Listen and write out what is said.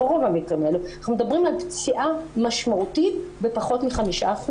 ברוב המקרים האלו אנחנו מדברים על פציעה משמעותית בפחות מ-5%,